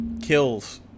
kills